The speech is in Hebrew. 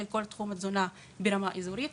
את תחום התזונה בהתאם לרמה האזורית.